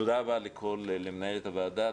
תודה רבה למנהלת הועדה,